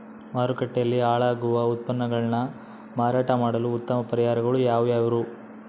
ಮಾರುಕಟ್ಟೆಯಲ್ಲಿ ಹಾಳಾಗುವ ಉತ್ಪನ್ನಗಳನ್ನ ಮಾರಾಟ ಮಾಡಲು ಉತ್ತಮ ಪರಿಹಾರಗಳು ಯಾವ್ಯಾವುರಿ?